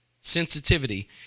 sensitivity